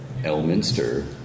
Elminster